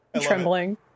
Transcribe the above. Trembling